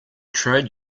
trade